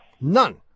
None